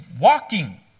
walking